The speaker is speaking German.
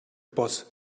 boss